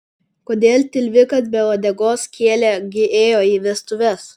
kodėl tilvikas be uodegos kielė gi ėjo į vestuves